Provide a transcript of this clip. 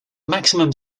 maximum